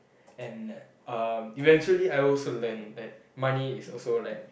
and uh eventually I also learnt that money is also like